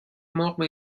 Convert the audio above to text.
مرغ